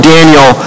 Daniel